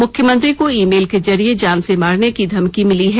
मुख्यमंत्री को ईमेल के जरिए जान से मारने की धमकी मिली है